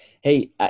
Hey